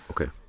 Okay